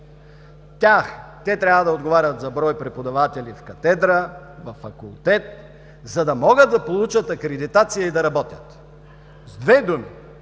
Те трябва да отговарят за брой преподаватели в катедра, във факултет, за да могат да получат акредитация и да работят. С две думи,